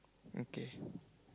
okay